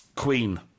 Queen